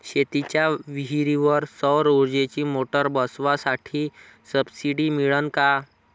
शेतीच्या विहीरीवर सौर ऊर्जेची मोटार बसवासाठी सबसीडी मिळन का?